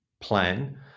plan